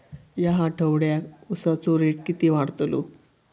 या आठवड्याक उसाचो रेट किती वाढतलो?